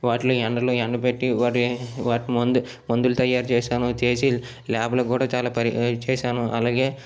వాటిలని ఎండలో ఎండబెట్టి వాటి వాటి మందు మందులు తయారు చేశాను చేసి ల్యాబులకు కూడా చాలా పరీక్ చేశాను అలాగే